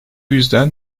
yüzden